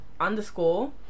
Underscore